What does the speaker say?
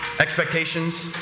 Expectations